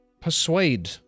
persuade